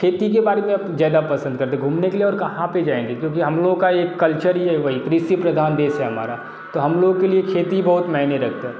खेती के बारे में आप ज़्यादा पसंद करते हैं घूमने के लिए आप कहाँ पर जाएंगे क्योंकि हम लोग का एक कल्चर ही है वही कृषि प्रधान देश है हमारा तो हम लोगों के लिए खेती बहुत मायने रखता है